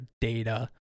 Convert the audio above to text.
data